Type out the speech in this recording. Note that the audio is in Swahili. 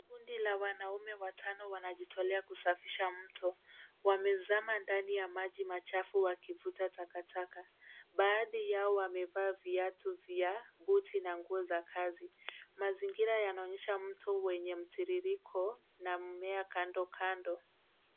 Kundi la wanaume watano wanajitolea kusafisha mto. Wamezama ndani ya maji machafu wakivuta takataka. Baadhi yao wamevaa viatu vya buti na nguo za kazi. Mazingira yaonyesha mto wenye mtiririko na mmea kando kando.